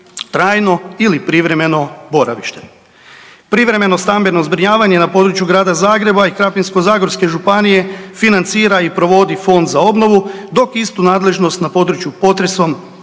trajno ili privremeno boravište. Privremeno stambeno zbrinjavanje na području Grada Zagreba i Krapinsko-zagorske županije financira i provodi Fond za obnovu, dok istu nadležnost na području potresom,